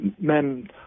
men